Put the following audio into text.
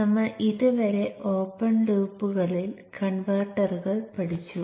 നമ്മൾ ഇതുവരെ ഓപ്പൺ ലൂപ്പുകളിൽ കൺവെർട്ടറുകൾ പഠിച്ചു